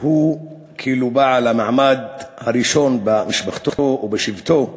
והוא כאילו בעל המעמד הראשון במשפחתו ובשבטו.